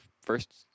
first